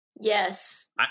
yes